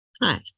Hi